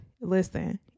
Listen